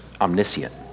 omniscient